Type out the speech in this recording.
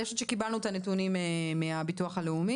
אני חושבת שאנחנו קיבלנו את הנתונים מהמוסד לביטוח לאומי.